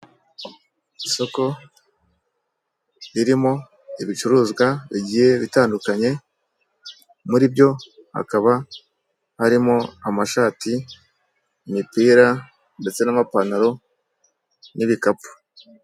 Isoko ririmo ibicuruzwa bigiye bitandukanye, muri byo hakaba harimo amashati, imipira ndetse n'amapantaro n'ibikapu.